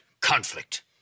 conflict